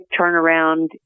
turnaround